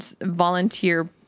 volunteer